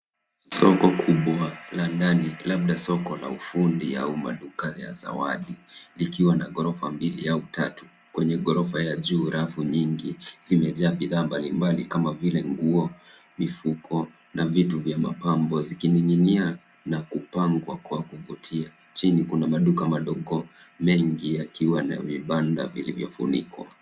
Soko kubwa labda soko la ndani labda soko la ufundi ya umma dukani ya zawadi likiwa na ghorofa mbili au tatu, kwenye ghorofa ya juu rafu nyingi zimejaa bidhaa mbali mbali kama vile nguo, mifuko na vitu vya mapambo zikininginia na kupangwa kwa kuvutia. Chini kuna maduka madogo mengi yakiwa na vibanda vilivyo funikwa.